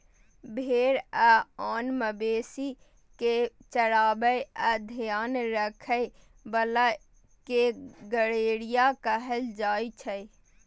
भेड़ आ आन मवेशी कें चराबै आ ध्यान राखै बला कें गड़ेरिया कहल जाइ छै